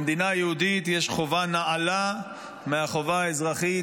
במדינה יהודית יש חובה נעלה מהחובה אזרחית,